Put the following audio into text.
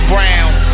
Brown